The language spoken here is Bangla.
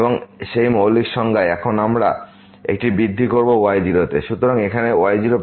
সুতরাং সেই মৌলিক সংজ্ঞায় এখন আমরা একটি বৃদ্ধি করব y0 তে